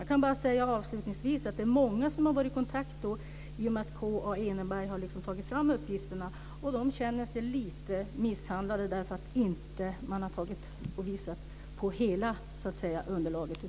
Jag kan avslutningsvis säga att många har varit i kontakt i och med att Kaa Eneberg har tagit fram uppgifterna. De känner sig lite misshandlade därför att man inte har visat på hela underlaget.